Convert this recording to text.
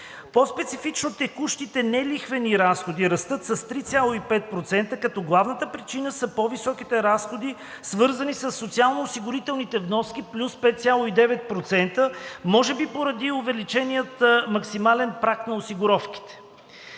По-специфично текущите нелихвени разходи растат с 3,5%, като главната причина са по-високите разходи, свързани със социално-осигурителните вноски плюс 5,9%, може би поради увеличения максимален праг на осигуровките.